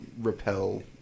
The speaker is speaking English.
repel